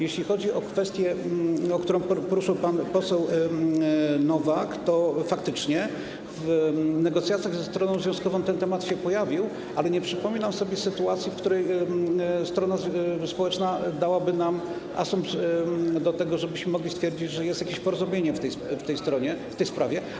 Jeśli chodzi o kwestię, którą poruszył pan poseł Nowak, to faktycznie w negocjacjach ze stroną związkową ten temat się pojawił, ale nie przypominam sobie sytuacji, w której strona społeczna dałaby nam asumpt do tego, żebyśmy mogli stwierdzić, że jest jakieś porozumienie w tej sprawie.